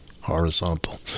horizontal